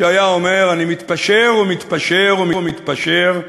שהיה אומר: אני מתפשר ומתפשר ומתפשר,